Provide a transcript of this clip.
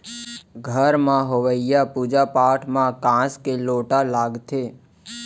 घर म होवइया पूजा पाठ म कांस के लोटा लागथे